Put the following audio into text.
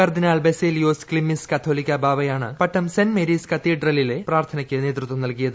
കർദ്ദിനാൾ ബസേലിയോസ് ക്സിമ്മിസ് കത്തോലിക ബാവയാണ് പട്ടം സെന്റ് മേരീസ് കത്തീഡ്രലിലെ പ്രാർഥനക്ക് നേതൃത്വം നൽകിയത്